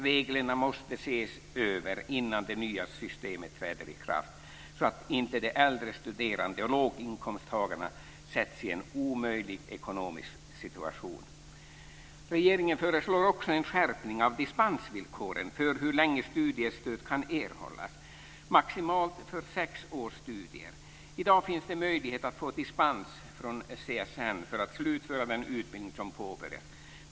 Reglerna måste ses över innan det nya systemet träder i kraft så att inte de äldre studerande låginkomsttagarna sätts i en omöjlig ekonomisk situation. Regeringen föreslår också en skärpning av dispensvillkoren för hur länge studiestöd kan erhållas, maximalt för sex års studier. I dag finns möjlighet att få dispens från CSN för att slutföra den utbildning som påbörjats.